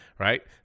Right